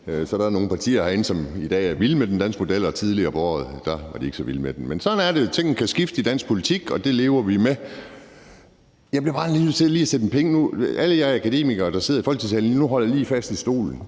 Der er nogle partier herinde, som i dag er vilde med den danske model, men som tidligere på året ikke var så vilde med den, men sådan er det. Tingene kan skifte i dansk politik, og det lever vi med. Jeg bliver bare nødt til lige at sige en ting nu, og alle jer akademikere, der sidder i Folketingssalen lige nu, må lige holde fast i stolen.